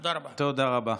תודה רבה.